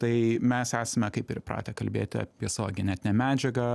tai mes esame kaip ir įpratę kalbėti apie savo genetinę medžiagą